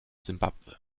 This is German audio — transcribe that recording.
simbabwe